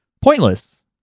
pointless